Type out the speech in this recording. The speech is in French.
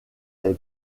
est